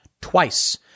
twice